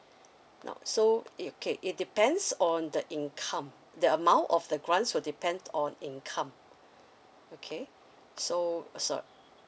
now so it okay it depends on the income the amount of the grants will depend on income okay so it's a